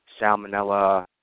Salmonella